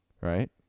Right